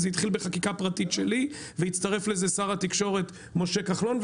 זה התחיל בחקיקה פרטית שלי והצטרף לזה שר התקשורת משה כחלון,